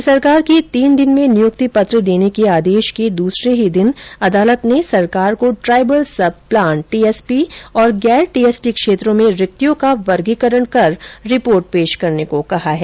राज्य सरकार के तीन दिन में नियुक्ति पत्र देर्न के आदेश के दूसरे ही दिन कल अदालत ने सरकार को ट्राइबल सब प्लान टीएसपी और गैर टीएसपी क्षेत्रों में रिक्तियों का वर्गीकरण कर रिपोर्ट पेश करने को कहा है